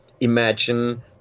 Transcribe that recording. imagine